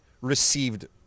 received